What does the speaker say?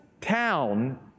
town